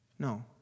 No